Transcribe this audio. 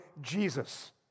Jesus